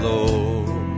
Lord